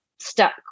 stuck